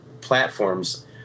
platforms